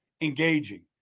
engaging